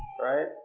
right